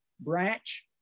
branch